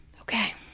okay